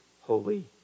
holy